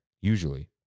usually